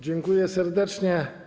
Dziękuję serdecznie.